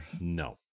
No